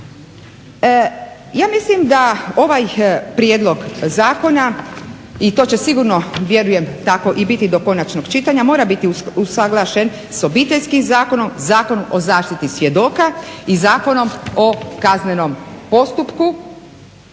Ja mislim da ovaj prijedlog zakona o to će sigurno vjerujem tako i biti do konačnog čitanja mora biti usuglašen sa Obiteljskim zakonom, Zakonom o zaštiti svjedoka i Zakonom o kaznenom postupku